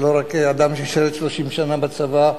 ולא רק כאדם ששירת 30 שנה בצבא,